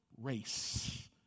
race